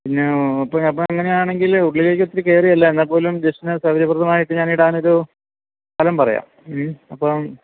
പിന്നെ അപ്പോള് അപ്പോള് അങ്ങനെയാണെങ്കില് ഉള്ളിലേക്ക് ഒത്തിരി കയറിയല്ല എന്നാല്പ്പോലും ജെസ്റ്റിന് സൌകര്യപ്രദമായിട്ട് ഞാനിടാനൊരു സ്ഥലം പറയാം മ് അപ്പോള്